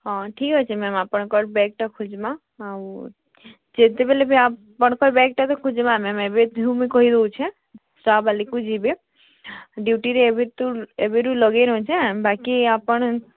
ହଁ ଠିକ୍ ଅଛେ ମ୍ୟାମ୍ ଆପଣଙ୍କର ବ୍ୟାଗ୍ଟା ଖୁଜ୍ମା ଆଉ ଯେତେବେଲେ ବି ଆପଣଙ୍କର୍ ବ୍ୟାଗ୍ଟା ତ ଖୁଜ୍ମା ମ୍ୟାମ୍ ଏବେ ମୁଇଁ କହି ଦଉଚେଁ ଷ୍ଟାଫ୍ବାଲେକୁ ଯିବେ ଡ଼ିୟୁଟିରେ ଏବେ ତ ଏବେରୁ ଲଗେଇ ନଉଚେଁ ବାକି ଆପଣ୍